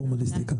ולסכל.